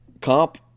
comp